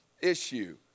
issue